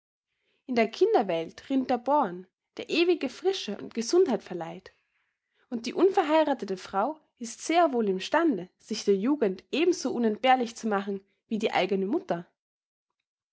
in der kinderwelt rinnt der born der ewige frische und gesundheit verleiht und die unverheirathete frau ist sehr wohl im stande sich der jugend eben so unentbehrlich zu machen wie die eigene mutter